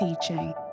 teaching